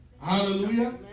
Hallelujah